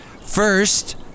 First